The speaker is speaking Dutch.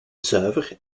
zuiver